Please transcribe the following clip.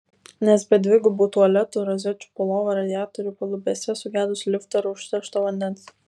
nes be dvigubų tualetų rozečių po lova radiatorių palubėse sugedusių liftų ar užteršto vandens